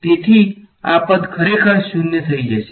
તેથી આ પદ ખરેખર 0 તરફ જશે